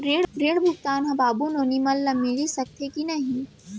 ऋण भुगतान ह बाबू नोनी मन ला मिलिस सकथे की नहीं?